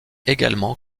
également